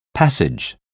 Passage